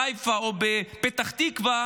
בחיפה או בפתח תקווה